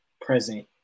present